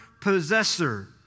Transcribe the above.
possessor